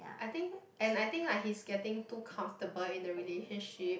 I think and I think like he's getting too comfortable in the relationship